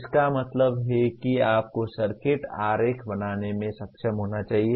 इसका मतलब है कि आपको सर्किट आरेख बनाने में सक्षम होना चाहिए